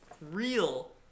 Real